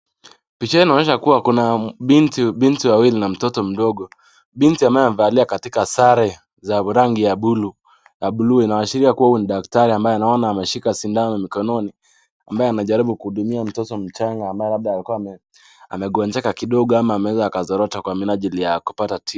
Picha hii inaonyesha Kuna Binti wawili na mtoto mdogo Binti Ambaye amevalia sare za bulu, inaashiria kuwa huyo ni daktari ambaye Ameshika sindano mkononi ambaye anajaribu kuhudumia mtoto mchanga ambaye amegonjeka kidogo ama amezoroteka kidogo kwa minajili ya kupata tiba.